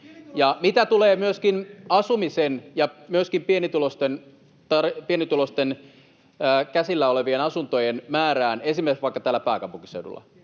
mitä tulee myöskin asumiseen ja myöskin pienituloisten käsillä olevien asuntojen määrään esimerkiksi täällä pääkaupunkiseudulla,